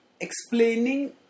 explaining